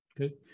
Okay